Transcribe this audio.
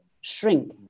shrink